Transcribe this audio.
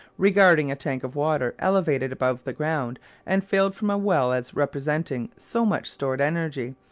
regarding a tank of water elevated above the ground and filled from a well as representing so much stored energy,